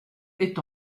est